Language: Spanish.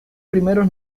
primeros